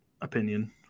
opinion